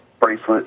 bracelet